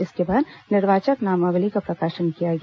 इसके बाद निर्वाचक नामावली का प्रकाशन किया गया